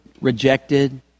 rejected